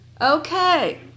Okay